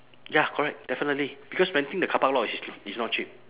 ya correct definitely because renting the carpark lot is is not cheap